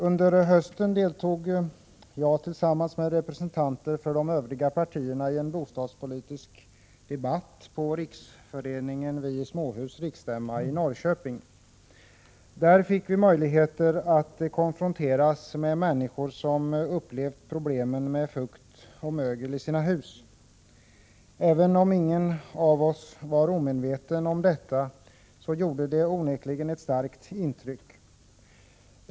Under hösten deltog jag tillsammans med representanter för de övriga partierna i en bostadspolitisk debatt på Riksföreningen Vi i småhus riksstämma i Norrköping. Där fick vi möjligheter att konfronteras med människor som upplevt problemen med fukt och mögel i sina hus. Även om ingen av oss var omedveten om dessa problem, gjorde det onekligen ett starkt intryck.